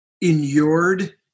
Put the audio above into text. inured